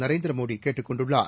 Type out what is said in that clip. நரேந்திர மோடி கேட்டுக் கொண்டுள்ளார்